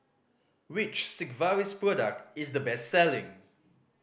which Sigvaris product is the best selling